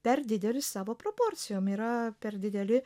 per didelis savo proporcijom yra per dideli